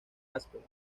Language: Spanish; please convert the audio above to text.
áspera